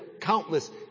countless